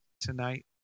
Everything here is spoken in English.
tonight